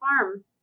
farm